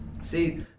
See